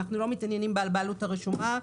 אנחנו לא מתעניינים בבעלות הרשומה,